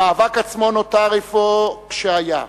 המאבק עצמו נותר אפוא כשהיה,